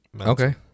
Okay